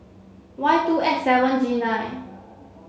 Y two X seven G nine